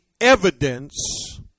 evidence